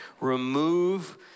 remove